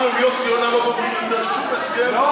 אנחנו עם יוסי יונה לא מדברים יותר על שום הסכם.